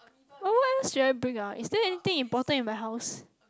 uh what else should I bring ah is there anything important in my house